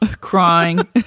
crying